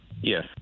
Yes